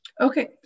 Okay